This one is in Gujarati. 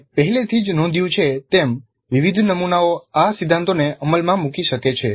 આપણે પહેલેથી જ નોંધ્યું છે તેમ વિવિધ નમુનાઓ આ સિદ્ધાંતોને અમલમાં મૂકી શકે છે